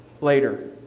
later